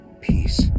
Peace